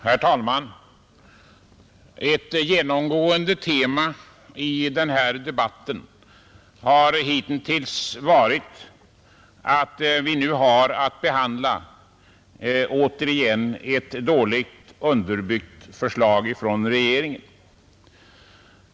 Herr talman! Ett genomgående tema i denna debatt har hittills varit att vi nu åter har att behandla ett dåligt underbyggt förslag från regeringen.